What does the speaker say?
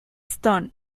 stone